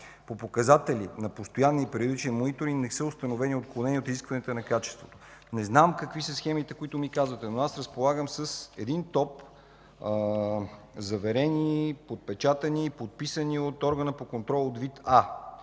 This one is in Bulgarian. по показатели на постоянния и периодичния мониторинг не са установени отклонения от изискванията на качеството. Не знам какви са схемите, които ми казвате, но разполагам с един топ документи – заверени, подпечатани, подписани от органа по